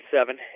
seven